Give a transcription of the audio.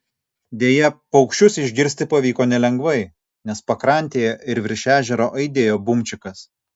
deja paukščius išgirsti pavyko nelengvai nes pakrantėje ir virš ežero aidėjo bumčikas